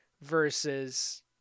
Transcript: versus